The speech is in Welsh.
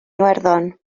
iwerddon